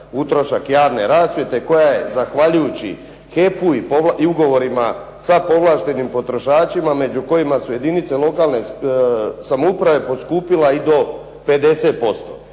utrošak javne rasvjete koja je zahvaljujući HEP-u i ugovorima sa povlaštenim potrošačima među kojima su jedinice lokalne samouprave poskupila i do 50%,